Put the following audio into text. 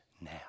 now